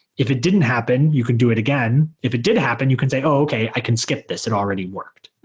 if it didn't happen, you could do it again. if it did happen, you can say, oh, okay. i can skip this. it already worked.